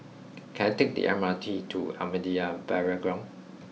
can I take the M R T to Ahmadiyya Burial Ground